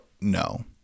no